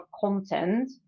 content